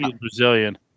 Brazilian